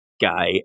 guy